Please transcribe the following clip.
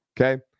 Okay